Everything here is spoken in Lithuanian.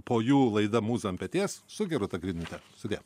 po jų laida mūza ant peties su gerūta griniūte sudie